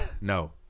No